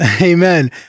amen